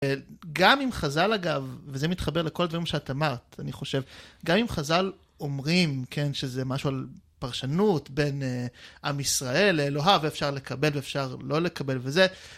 גם אם חז"ל, אגב, וזה מתחבר לכל הדברים שאת אמרת, אני חושב, גם אם חז"ל אומרים, כן, שזה משהו על פרשנות בין עם ישראל לאלוהיו, ואפשר לקבל ואפשר לא לקבל וזה,